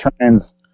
trans